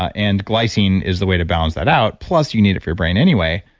and glycine is the way to balance that out. plus you need if your brain anyway.